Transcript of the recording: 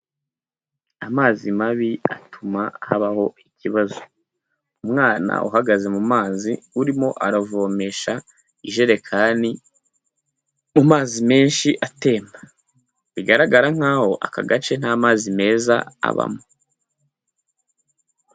Amazi mabi atuma habaho ikibazo. Umwana uhagaze mu mazi urimo aravomesha ijerekani mu mazi menshi atemba. Bigaragara nkaho aka gace nta mazi meza abamo.